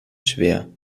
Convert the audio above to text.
schwer